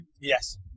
Yes